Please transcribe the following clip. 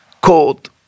cold